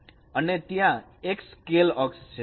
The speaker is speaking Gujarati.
અને ત્યાં એક સ્કેલ અક્ષ છે